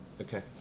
Okay